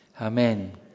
Amen